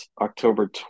October